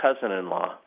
cousin-in-law